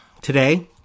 today